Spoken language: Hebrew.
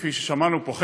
כפי ששמענו פה,